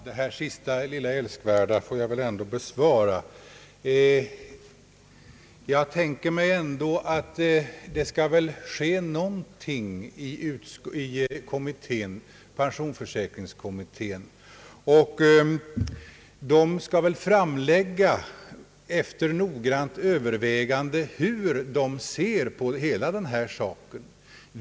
Herr talman! De sista älskvärda orden får jag väl ändå besvara. Jag tänker mig att det i alla fall skall ske något i pensionsförsäkringskommittén. Den skall väl efter noggrant övervägande redogöra för hur den ser på hela denna sak.